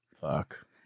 Fuck